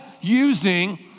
using